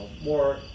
more